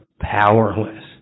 powerless